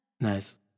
Nice